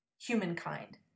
humankind